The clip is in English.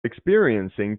experiencing